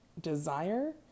desire